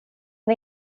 det